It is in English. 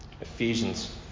Ephesians